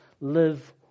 live